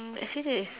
actually there is